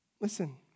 Listen